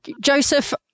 Joseph